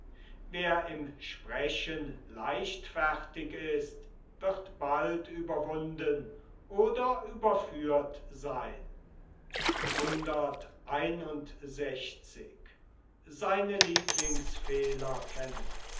wer im sprechen leichtfertig ist wird bald überwunden oder überführt seyn